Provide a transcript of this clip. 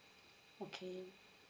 okay